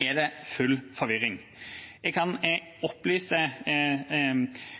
er det full forvirring. Jeg kan opplyse